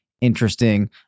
interesting